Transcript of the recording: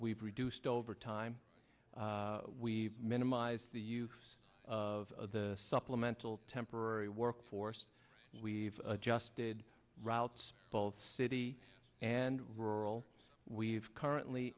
we've reduced overtime we minimize the use of the supplemental temporary work force we've adjusted routes both city and rural we've currently